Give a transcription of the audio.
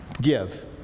Give